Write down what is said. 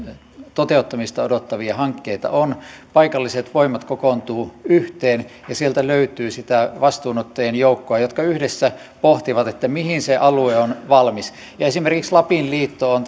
toteuttamista odottavia hankkeita on paikalliset voimat kokoontuvat yhteen ja sieltä löytyy sitä vastuunottajien joukkoa joka yhdessä pohtii mihin se alue on valmis esimerkiksi lapin liitto on